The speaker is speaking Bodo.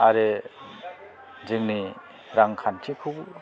आरो जोंनि रांखान्थिखौबो